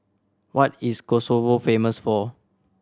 what is Kosovo famous for